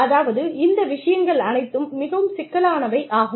அதாவது இந்த விஷயங்கள் அனைத்தும் மிகவும் சிக்கலானவை ஆகும்